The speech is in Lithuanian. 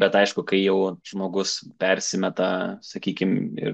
bet aišku kai jau žmogus persimeta sakykim ir